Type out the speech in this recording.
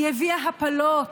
היא הביאה הפלות,